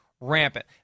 rampant